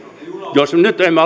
jos nyt emme